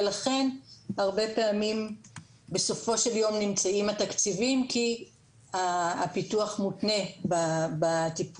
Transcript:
ולכן הרבה פעמים בסופו של יום נמצאים התקציבים כי הפיתוח מותנה בטיפול.